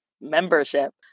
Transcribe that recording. membership